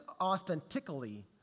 authentically